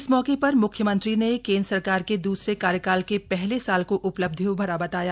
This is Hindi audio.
इस मौके पर मुख्यमंत्री ने केंद्र सरकार के द्रसरे कार्यकाल के पहले साल को उपलब्धियों भरा बताया